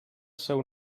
seu